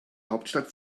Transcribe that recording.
hauptstadt